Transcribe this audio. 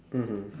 mmhmm